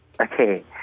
Okay